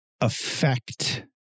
affect